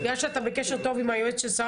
בגלל שאתה בקשר טוב עם היועץ של שר